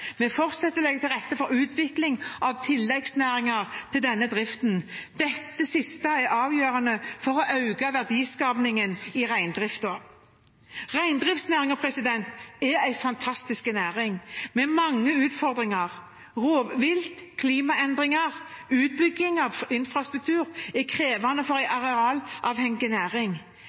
Vi fortsetter å legge til rette for utvikling av tilleggsnæringer til denne driften. Dette siste er avgjørende for å øke verdiskapingen i reindriften. Reindriftsnæringen er en fantastisk næring med mange utfordringer. Rovvilt, klimaendringer og utbygging av infrastruktur er krevende for en arealavhengig næring.